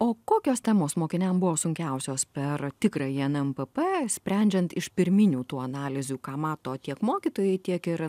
o kokios temos mokiniam buvo sunkiausios per tikrąjį nmpp sprendžiant iš pirminių tų analizių ką mato tiek mokytojai tiek ir